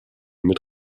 mit